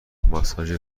ماساژ